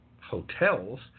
hotels